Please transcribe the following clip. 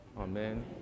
Amen